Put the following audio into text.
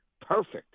perfect